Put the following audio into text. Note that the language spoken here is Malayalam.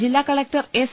ജില്ലാ കലക്ടർ എസ്